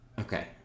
Okay